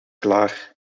klaar